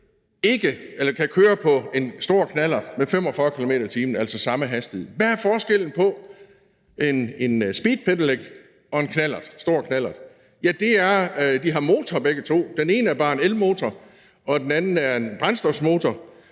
kan køre på en stor knallert med 45 km/t., altså samme hastighed? Hvad er forskellen på en speedpedelec og en stor knallert? Det er, at de har motor begge to; den ene er bare en elmotor, og den anden er en brændstofsmotor.